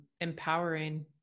empowering